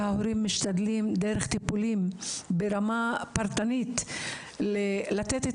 וההורים משתדלים דרך טיפולים ברמה פרטנית לתת את